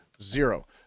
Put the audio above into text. Zero